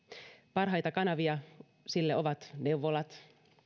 parhaita kanavia sille ovat neuvolat